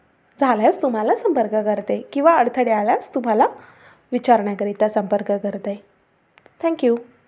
झाल्यास तुम्हाला संपर्क करते किंवा अडथळे आल्यास तुम्हाला विचारण्याकरिता संपर्क करते थँक यू